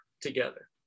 together